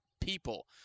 people